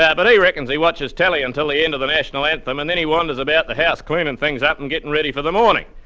yeah but he reckons he watches telly until the end of the national anthem and then he wanders about the house cleaning things up and getting ready for the morning.